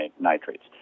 nitrates